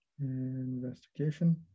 investigation